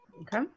Okay